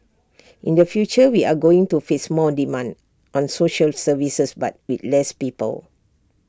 in the future we are going to face more demand on social services but with less people